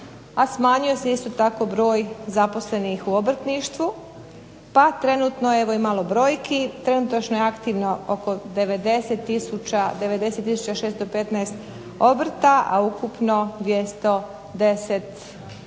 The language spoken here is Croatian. smanjio se isto tako broj zaposlenih u obrtništvu, pa trenutno, evo i malo brojki, trenutačno je aktivno oko 90 tisuća 615 obrta, a ukupno 210 tisuća,